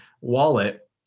wallet